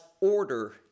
order